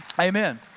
Amen